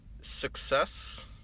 Success